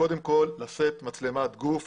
לשאת מצלמת גוף.